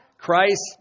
Christ